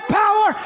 power